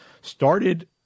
started